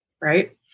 right